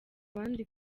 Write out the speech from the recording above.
abandi